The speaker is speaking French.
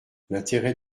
l’intérêt